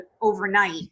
overnight